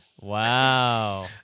Wow